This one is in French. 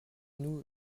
nous